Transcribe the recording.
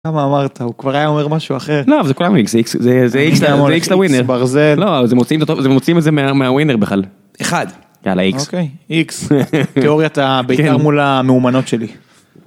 מה אמרת הוא כבר היה אומר משהו אחר. לא זה כולם זה איקס זה איקס לווינר ברזל זה מוצאים את זה מהמהוינר בכלל. אחד. יאללה איקס איקס תיאוריית הביתר מול המאומנות שלי.